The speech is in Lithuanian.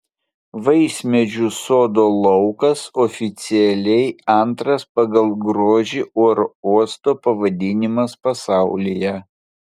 vaismedžių sodo laukas oficialiai antras pagal grožį oro uosto pavadinimas pasaulyje